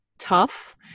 Tough